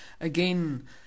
again